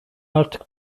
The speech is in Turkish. artık